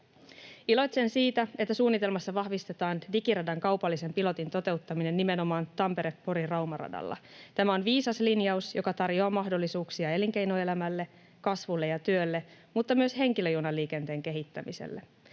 Iloitsen siitä, että suunnitelmassa vahvistetaan Digiradan kaupallisen pilotin toteuttaminen nimenomaan Tampere—Pori—Rauma-radalla. Tämä on viisas linjaus, joka tarjoaa mahdollisuuksia elinkeinoelämälle, kasvulle ja työlle mutta myös henkilöjunaliikenteen kehittämiselle.